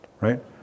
right